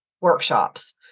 workshops